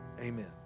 Amen